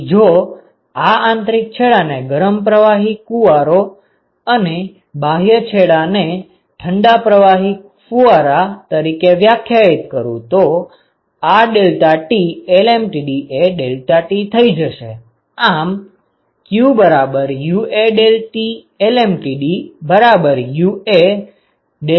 તેથી જો આ આંતરિક છેડાને ગરમ પ્રવાહી ફૂવારો અને બાહ્ય છેડાને ઠંડા પ્રવાહી ફુવારા તરીકે વ્યાખ્યાયિત કરું તો આ deltaTlmtd એ deltaT થઈ જશે